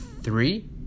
three